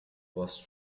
was